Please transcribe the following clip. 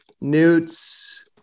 Newt's